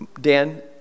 Dan